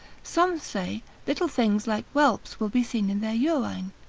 some say, little things like whelps will be seen in their urine.